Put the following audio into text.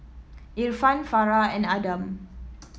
Irfan Farah and Adam